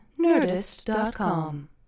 Nerdist.com